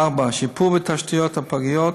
4. שיפור בתשתיות הפגיות,